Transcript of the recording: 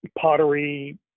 pottery